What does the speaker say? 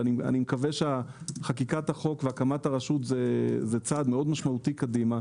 ואני מקווה שחקיקת החוק והקמת הרשות זה צעד מאוד משמעותי קדימה,